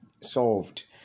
solved